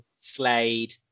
Slade